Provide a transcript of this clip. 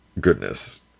goodness